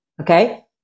okay